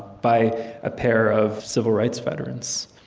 by a pair of civil rights veterans.